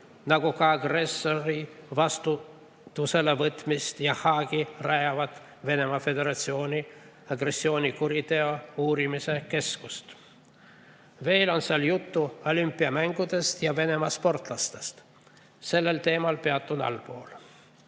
nagu ka agressori vastutusele võtmist ja Haagi rajatavat Venemaa Föderatsiooni agressioonikuriteo uurimise keskust. Veel on seal juttu olümpiamängudest ja Venemaa sportlastest. Sellel teemal peatun allpool.